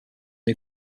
new